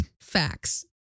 Facts